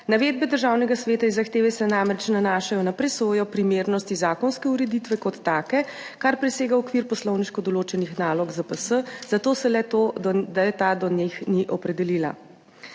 Navedbe Državnega sveta in zahteve se namreč nanašajo na presojo primernosti zakonske ureditve kot take, kar presega okvir poslovniško določenih nalog ZPS, zato se le-ta do njih ni opredelila.